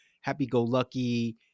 happy-go-lucky